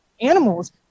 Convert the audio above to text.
animals